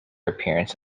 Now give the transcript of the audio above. appearance